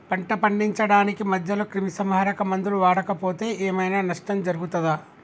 పంట పండించడానికి మధ్యలో క్రిమిసంహరక మందులు వాడకపోతే ఏం ఐనా నష్టం జరుగుతదా?